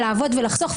לעבוד ולחסוך,